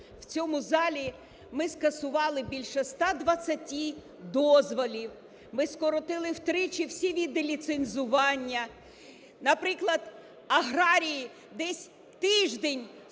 в цьому залі ми скасували більше 120 дозволів, ми скоротили втричі всі види ліцензування. Наприклад, аграрії десь тиждень пили